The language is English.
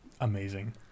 amazing